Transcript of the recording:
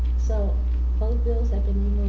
so both bill have been